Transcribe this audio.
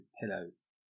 pillows